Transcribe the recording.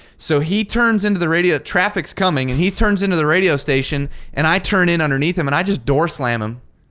so he turns into the radio, traffic's coming and he turns into the radio station and i turn in underneath him and i just door slam him.